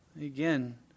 Again